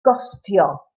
gostio